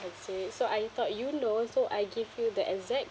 answer it so I thought you know so I give you the exact